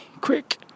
quick